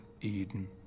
Eden